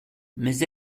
mais